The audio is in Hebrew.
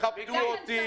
נקיות.